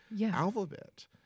alphabet